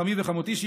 חמי וחמותי שיחיו,